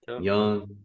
Young